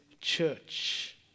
church